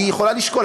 היא יכולה לשקול.